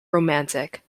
romantic